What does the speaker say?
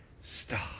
stop